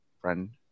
friend